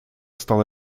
стал